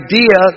Idea